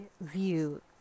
view